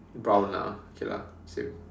brown ah okay lah same